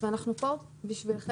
ואנחנו פה בשבילכם.